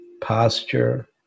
posture